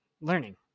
learning